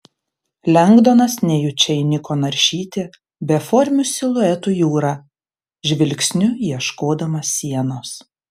lengdonas nejučia įniko naršyti beformių siluetų jūrą žvilgsniu ieškodamas sienos